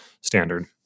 standard